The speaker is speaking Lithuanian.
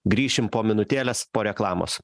grįšim po minutėlės po reklamos